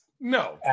No